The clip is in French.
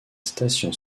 station